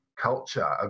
culture